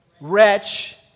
wretch